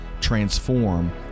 transform